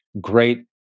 great